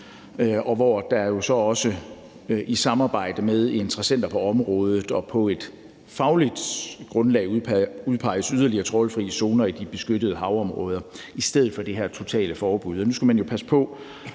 hvor der jo så også i samarbejde med interessenter på området og på et fagligt grundlag udpeges yderligere trawlfri zoner i de beskyttede havområder i stedet for det her totale forbud.